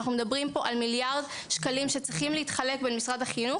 אנחנו מדברים פה על מיליארד שקלים שצריכים להתחלק בין משרד החינוך,